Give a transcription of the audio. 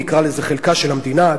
נקרא לזה "חלקה של המדינה",